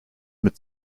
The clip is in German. mit